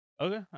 Okay